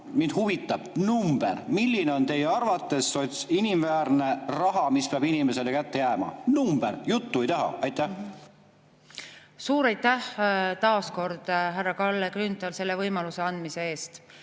Mind huvitab number: milline on teie arvates inimväärne raha, mis peab inimesele kätte jääma? Number! Juttu ei taha. Suur aitäh, taas kord, härra Kalle Grünthal, selle võimaluse andmise eest!